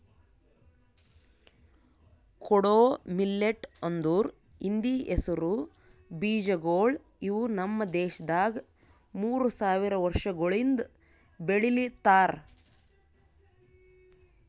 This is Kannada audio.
ಕೊಡೋ ಮಿಲ್ಲೆಟ್ ಅಂದುರ್ ಹಿಂದಿ ಹೆಸರು ಬೀಜಗೊಳ್ ಇವು ನಮ್ ದೇಶದಾಗ್ ಮೂರು ಸಾವಿರ ವರ್ಷಗೊಳಿಂದ್ ಬೆಳಿಲಿತ್ತಾರ್